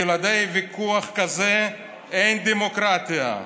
בלעדי ויכוח כזה אין דמוקרטיה,